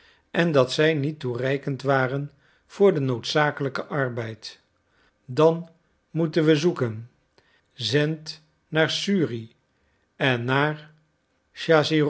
en dat zij niet toereikend waren voor den noodzakelijken arbeid dan moeten we zoeken zend naar suri en naar